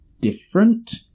different